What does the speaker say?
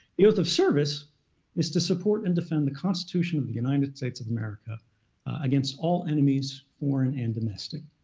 the oath of service is to support and defend the constitution of the united states of america against all enemies, foreign and domestic.